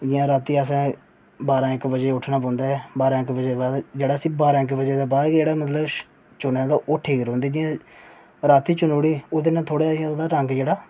जि'यां रातीं असें बारां इक्क बज्जे उट्ठना पौंदा ऐ बारां इक्क बज्जे दे बाद इक्क जेह्ड़ा असें चुनी दी ओह् ठीक रौंहदी क्योंकि अगर रातीं चुनी ओड़ी ते ओह्दा रंग थोह्ड़ा इं'या